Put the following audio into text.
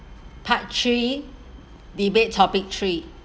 part three debate topic three